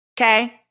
okay